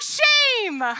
shame